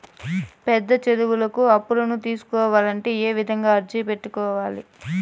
పెద్ద చదువులకు అప్పులను తీసుకోవాలంటే ఏ విధంగా అర్జీ పెట్టుకోవాలి?